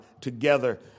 together